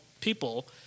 people